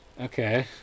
okay